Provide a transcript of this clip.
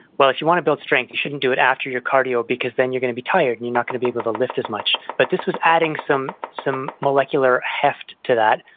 well, if you want to build strength, you shouldn't do it after your cardio because then you're going to be tired and you're not going to be able to lift as much. but this was adding some some molecular heft to that,